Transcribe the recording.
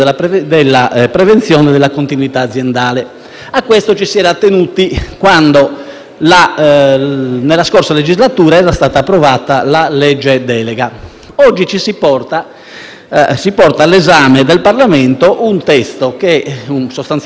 A questo ci si era attenuti, quando, nella scorsa legislatura, era stata approvata la legge delega. Oggi si porta all'esame del Parlamento un testo che sostanzialmente è un monoarticolo, oltre alla clausola d'invarianza finanziaria,